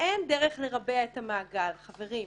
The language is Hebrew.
אין דרך לרבע את המעגל, חברים.